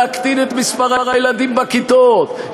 להקטין את מספר הילדים בכיתות,